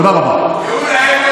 תודה רבה.